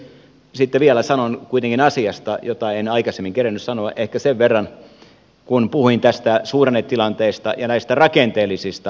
sitten vielä sanon kuitenkin asiasta jota en aikaisemmin kerinnyt sanoa ehkä sen verran kun puhuin tästä suhdannetilanteesta ja näistä rakenteellisista kohennustarpeista